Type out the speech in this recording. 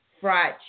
fried